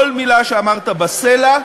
כל מילה שאמרת, בסלע.